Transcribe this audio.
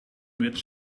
met